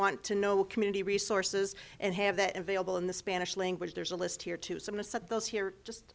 want to know community resources and have that available in the spanish language there's a list here too some of th